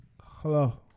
Hello